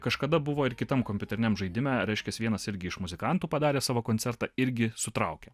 kažkada buvo ir kitam kompiuteriniam žaidime reiškias vienas irgi iš muzikantų padarė savo koncertą irgi sutraukė